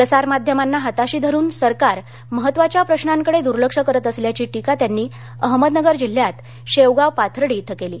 प्रसारमाध्यमांना हाताशी धरून सरकार महत्त्वाच्या प्रशांकडे दूर्लक्ष करत असल्याची टीका त्यांनी अहमदनगर जिल्ह्यात शेवगाव पाथर्डी इथं केली